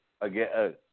again